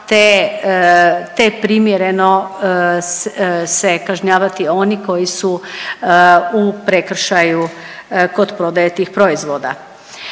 te primjereno se kažnjavati oni koji su u prekršaju kod prodaje tih proizvoda.